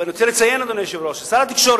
אדוני היושב-ראש, אני רוצה לציין ששר התקשורת,